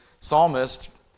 psalmist